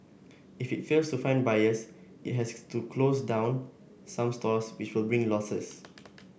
if it fails to find buyers it has to close down some stores which will bring losses